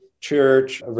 church